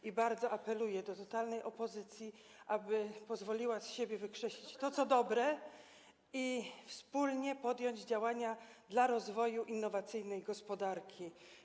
I bardzo apeluję do totalnej opozycji, aby pozwoliła z siebie wykrzesać to, co dobre, tak aby wspólnie podjąć działania dla rozwoju innowacyjnej gospodarki.